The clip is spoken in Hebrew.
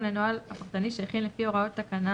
לנוהל הפרטני שהכין לפי הוראות תקנה